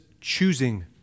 choosing